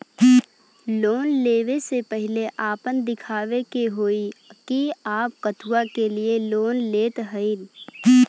Loan ले वे से पहिले आपन दिखावे के होई कि आप कथुआ के लिए लोन लेत हईन?